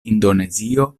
indonezio